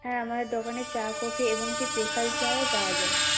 হ্যাঁ আমার দোকানে চা কফি এবং কী স্পেশাল চাও পাওয়া যায়